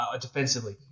defensively